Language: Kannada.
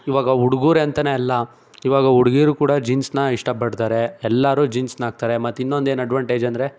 ಇವಾಗ ಹುಡ್ಗೂರ್ ಅಂತನೇ ಅಲ್ಲ ಇವಾಗ ಹುಡ್ಗೀಯರು ಕೂಡ ಜೀನ್ಸ್ನ ಇಷ್ಟಪಡ್ತಾರೆ ಎಲ್ಲರೂ ಜೀನ್ಸ್ನ ಹಾಕ್ತಾರೆ ಮತ್ತು ಇನ್ನೊಂದು ಏನು ಅಡ್ವಾಂಟೇಜ್ ಅಂದರೆ